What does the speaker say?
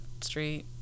Street